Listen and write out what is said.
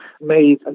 made